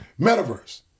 metaverse